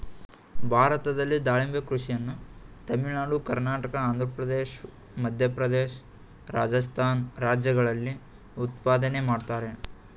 ಭಾರತದಲ್ಲಿ ದಾಳಿಂಬೆ ಕೃಷಿಯ ತಮಿಳುನಾಡು ಕರ್ನಾಟಕ ಆಂಧ್ರಪ್ರದೇಶ ಮಧ್ಯಪ್ರದೇಶ ರಾಜಸ್ಥಾನಿ ರಾಜ್ಯಗಳಲ್ಲಿ ಉತ್ಪಾದನೆ ಮಾಡ್ತರೆ